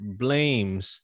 blames